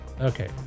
Okay